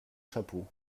chapeau